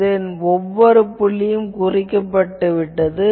இதன் ஒவ்வொரு புள்ளியும் குறிக்கப்பட்டது